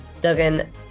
Duggan